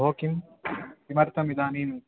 भोः किं किमर्थम् इदानीं